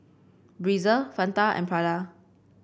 Breezer Fanta and Prada